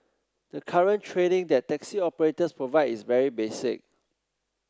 the current training that taxi operators provide is very basic